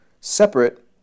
separate